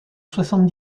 soixante